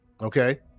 okay